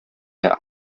der